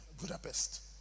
Budapest